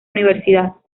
universidad